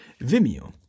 Vimeo